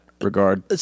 regard